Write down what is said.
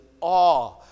awe